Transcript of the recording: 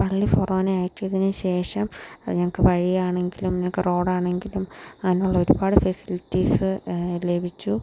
പള്ളി ഫൊറോന ആക്കിയതിനു ശേഷം ഞങ്ങൾക്ക് വഴിയാണെങ്കിലും ഞങ്ങൾക്ക് റോഡാണെങ്കിലും അതിനുള്ള ഒരുപാട് ഫെസിലിറ്റിസ് ലഭിച്ചു